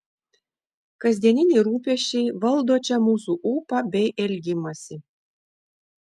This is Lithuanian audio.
kasdieniniai rūpesčiai valdo čia mūsų ūpą bei elgimąsi